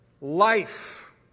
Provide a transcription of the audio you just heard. life